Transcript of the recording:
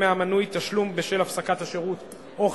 מהמנוי תשלום בשל הפסקת השירות או חידושו.